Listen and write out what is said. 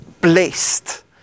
blessed